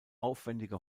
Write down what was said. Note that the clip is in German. aufwändige